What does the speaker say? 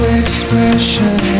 expression